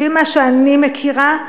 לפי מה שאני מכירה,